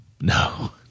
No